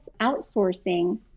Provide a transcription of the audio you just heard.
outsourcing